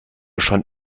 schon